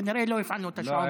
כנראה לא הפעלנו את השעון בטעות.